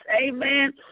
amen